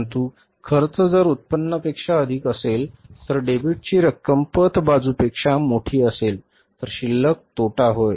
परंतु खर्च जर उत्पन्नापेक्षा अधिक असेल तर डेबिटची रक्कम पत बाजूपेक्षा मोठी असेल तर शिल्लक तोटा होय